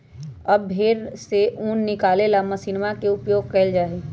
अब भेंड़वन से ऊन निकाले ला मशीनवा के उपयोग कइल जाहई